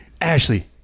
Ashley